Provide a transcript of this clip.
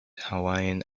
hawaiian